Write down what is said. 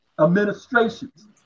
administrations